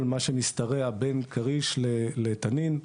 כל מה שמשתרע בין כריש לתנין,